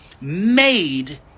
made